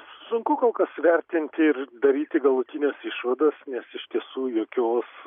sunku kol kas vertinti ir daryti galutines išvadas nes iš tiesų jokios